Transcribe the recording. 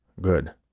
Good